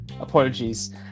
apologies